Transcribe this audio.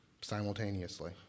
simultaneously